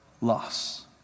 Loss